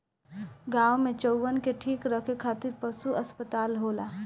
गाँव में चउवन के ठीक रखे खातिर पशु अस्पताल होला